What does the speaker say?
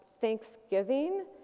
Thanksgiving